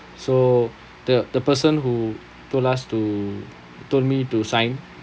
so the the person who told us to told me to sign